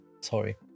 sorry